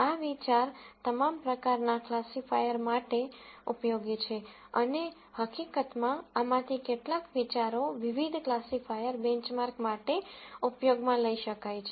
આ વિચાર તમામ પ્રકારના ક્લાસિફાયર માટે ઉપયોગી છે અને હકીકતમાં આમાંથી કેટલાક વિચારો વિવિધ ક્લાસિફાયર બેંચમાર્ક માટે ઉપયોગમાં લઈ શકાય છે